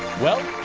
well,